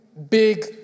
Big